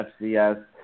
FCS